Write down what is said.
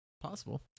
Possible